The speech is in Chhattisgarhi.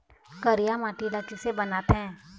करिया माटी ला किसे बनाथे?